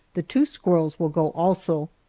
the two squirrels will go also.